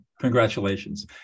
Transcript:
Congratulations